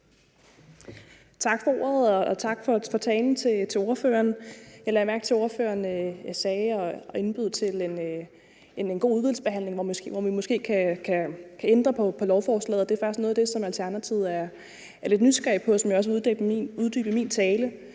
Tak for ordet. Og tak til ordføreren for talen. Jeg lagde mærke til, at ordføreren lagde op til en god udvalgsbehandling, hvor vi måske kan ændre på lovforslaget, og det er faktisk noget af det, som Alternativet er lidt nysgerrig på, og som jeg også vil uddybe i min tale.